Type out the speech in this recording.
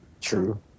True